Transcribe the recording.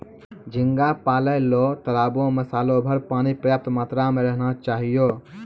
झींगा पालय ल तालाबो में सालोभर पानी पर्याप्त मात्रा में रहना चाहियो